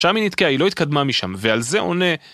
שם היא נתקעה, היא לא התקדמה משם, ועל זה עונה...